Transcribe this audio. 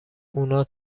اونا